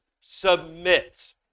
submit